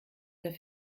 der